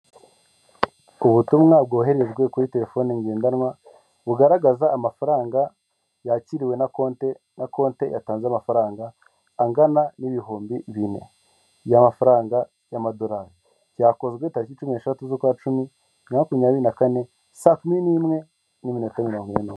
Ubutumwa bwoherejwe kuri telefonine ngendanwa bugaragaza amafaranga yakiriwe na konti na konti yatanze amafaranga angana n'ibihumbi bine, y'amafaranga y'amadolari cyakozwe tariki cumi n'eshatu z'ukwa cumi bibiri na makumyabiri na kane, saa kumi n'imwe n'iminota mirongo ine.